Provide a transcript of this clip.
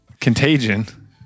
Contagion